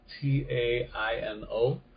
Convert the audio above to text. t-a-i-n-o